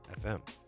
FM